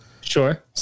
Sure